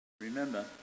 Remember